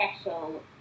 special